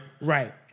Right